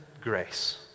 grace